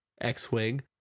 x-wing